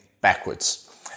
backwards